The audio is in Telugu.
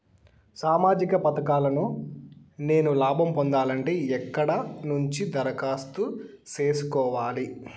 సామాజిక పథకాలను నేను లాభం పొందాలంటే ఎక్కడ నుంచి దరఖాస్తు సేసుకోవాలి?